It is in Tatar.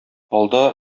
алда